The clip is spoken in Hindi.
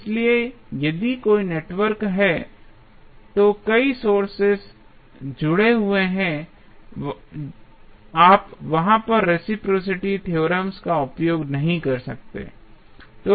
इसलिए यदि कोई नेटवर्क है तो कई सोर्स जुड़े हुए हैं आप वहां पर रेसिप्रोसिटी थ्योरम का उपयोग नहीं कर सकते हैं